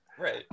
Right